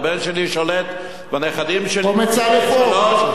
הבן שלי שולט, והנכדים שלי, קומץ אלף אוֹ.